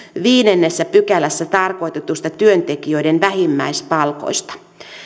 viidennessä pykälässä tarkoitetuista työntekijöiden vähimmäispalkoista